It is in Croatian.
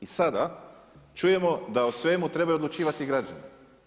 Sada čujemo da o svemu trebaju odlučivati građani.